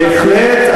בהחלט,